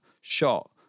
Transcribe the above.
shot